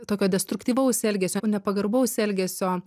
tokio destruktyvaus elgesio nepagarbaus elgesio